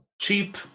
cheap